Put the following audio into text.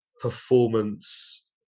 performance